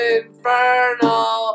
infernal